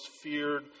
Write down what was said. feared